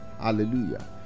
hallelujah